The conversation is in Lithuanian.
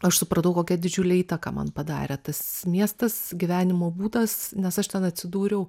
aš supratau kokią didžiulę įtaką man padarė tas miestas gyvenimo būdas nes aš ten atsidūriau